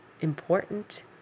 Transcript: important